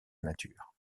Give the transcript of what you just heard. nature